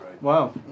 wow